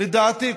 לדעתי,